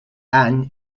any